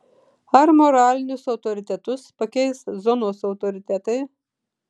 ar moralinius autoritetus pakeis zonos autoritetai